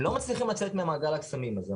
הם לא מצליחים לצאת ממעגל הקסמים הזה,